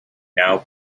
now